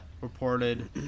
reported